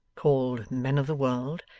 called men of the world,